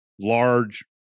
large